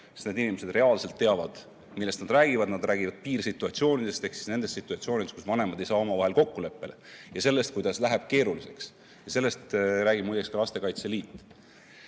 sest need inimesed reaalselt teavad, millest nad räägivad. Nad räägivad piirsituatsioonidest ehk nendest situatsioonidest, kus vanemad ei saa omavahel kokkuleppele, ja sellest, kuidas läheb keeruliseks. Sellest räägib muideks ka Lastekaitse Liit.